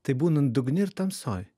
tai būnant dugne ir tamsoj